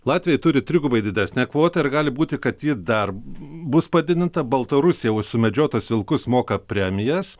latviai turi trigubai didesnę kvotą ir gali būti kad ji dar bus padidinta baltarusija už sumedžiotus vilkus moka premijas